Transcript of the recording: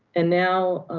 and now.